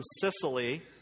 Sicily